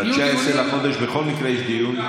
ב-19 בחודש בכל מקרה יש דיון.